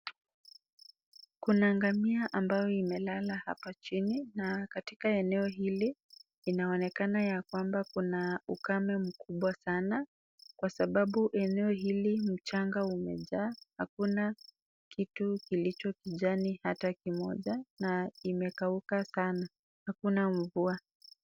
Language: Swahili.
Kuna ng'amia ambayo imelala hapa chini na katika eneo hili inaonekana ya kwamba kuna ukame mkubwa sana kwa sababu eneo hili mchanga umejaa hakuna kitu kilicho kijani hata kimoja na imekauka sana hakuna mvua.